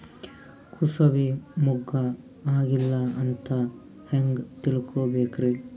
ಕೂಸಬಿ ಮುಗ್ಗ ಆಗಿಲ್ಲಾ ಅಂತ ಹೆಂಗ್ ತಿಳಕೋಬೇಕ್ರಿ?